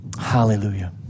Hallelujah